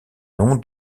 nom